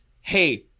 hey